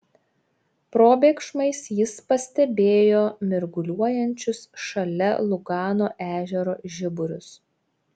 probėgšmais jis pastebėjo mirguliuojančius šalia lugano ežero žiburius